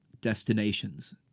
destinations